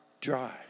dry